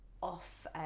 off